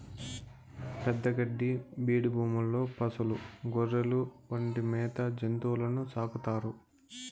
పెద్ద గడ్డి బీడు భూముల్లో పసులు, గొర్రెలు వంటి మేత జంతువులను సాకుతారు